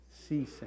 ceasing